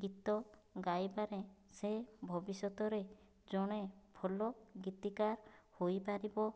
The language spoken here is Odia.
ଗୀତ ଗାଇବାରେ ସେ ଭବିଷ୍ୟତରେ ଜଣେ ଭଲ ଗୀତିକାର ହୋଇପାରିବ